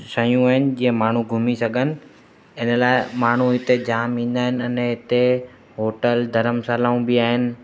शयूं आहिनि जीअं माण्हू घुमी सघनि इन लाइ माण्हू हिते जाम ईंदा आहिनि अने इते होटल धरमशालाऊं बि आहिनि